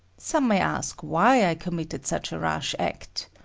some may ask why i committed such a rash act.